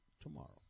tomorrow